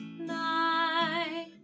night